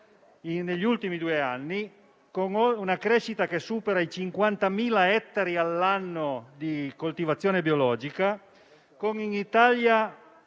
negli ultimi due anni; con una crescita che supera i 50.000 ettari all'anno di coltivazione biologica; con il